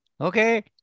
Okay